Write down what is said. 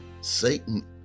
Satan